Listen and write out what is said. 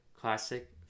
classic